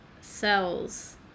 cells